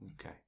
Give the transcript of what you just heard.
Okay